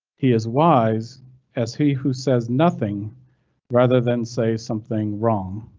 he is wise as he who says nothing rather than say something wrong.